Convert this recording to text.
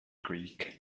greek